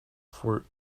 for